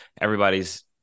Everybody's